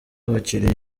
abakiriya